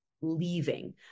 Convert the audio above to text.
leaving